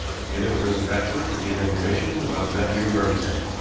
again, it was mrs. ashworth who gave information about the nephew in birmingham.